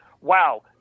wow